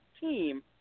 team